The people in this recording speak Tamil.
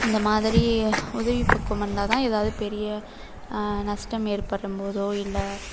இந்தமாதிரி உதவி பக்குவம் இருந்தால் தான் ஏதாவது பெரிய நஷ்டம் ஏற்படும் போதோ இல்லை